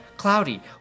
Cloudy